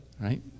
right